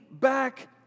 back